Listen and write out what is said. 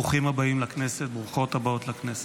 ברוכים הבאים לכנסת, ברוכות הבאות לכנסת.